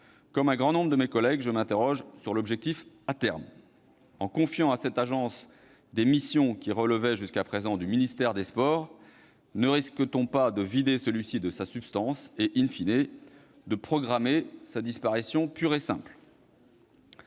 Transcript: Comme un grand nombre de mes collègues, je m'interroge sur votre objectif à terme. En confiant à cette agence des missions qui relevaient jusqu'à présent du ministère des sports, ne risque-t-on pas de vider celui-ci de sa substance et,, de programmer sa disparition pure et simple ?